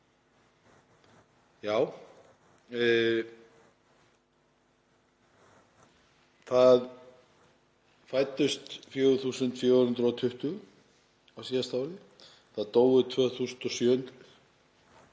Já, það fæddust 4.420 á síðasta ári. Það dóu 2.700